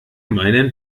meinen